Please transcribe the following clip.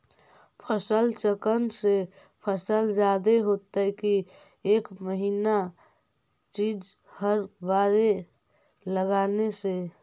फसल चक्रन से फसल जादे होतै कि एक महिना चिज़ हर बार लगाने से?